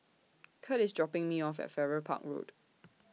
Curt IS dropping Me off At Farrer Park Road